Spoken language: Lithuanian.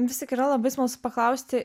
vis tik yra labai smalsu paklausti